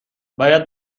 باید